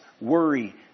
worry